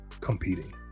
competing